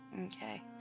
Okay